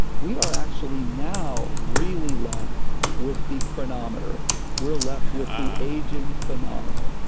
we are actually now really left with the chronometer we're left with the aging phenomenon.